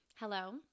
Hello